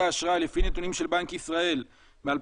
האשראי לפי הנתונים של בנק ישראל מ-2014,